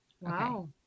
Wow